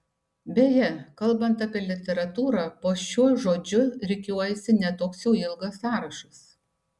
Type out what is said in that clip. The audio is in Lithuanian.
beje kalbant apie literatūrą po šiuo žodžiu rikiuojasi ne toks jau ilgas sąrašas